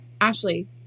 Ashley